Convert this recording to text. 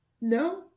No